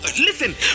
Listen